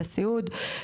בסיעוד.